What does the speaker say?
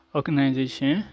Organization